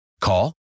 Call